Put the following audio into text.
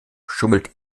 schummelt